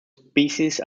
species